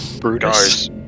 Brutus